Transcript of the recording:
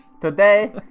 Today